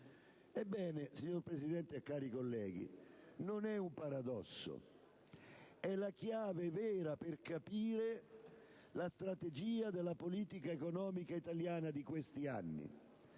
Ebbene, signor Presidente, cari colleghi, non è un paradosso. È la chiave vera per capire la strategia della politica economica italiana di questi anni,